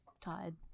tired